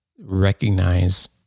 recognize